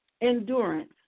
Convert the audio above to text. Endurance